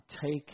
take